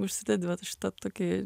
užsidedi vat šitą tokį